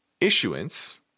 issuance